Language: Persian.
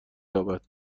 یابد